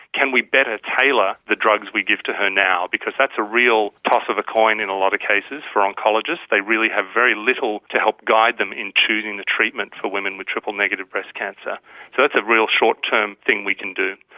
can we better tailor the drugs we give to her now? because that's a real toss of the coin in a lot of cases for oncologists. they really have very little to help guide them in choosing the treatment for women with triple-negative breast cancer. so that's a real short-term thing we can do.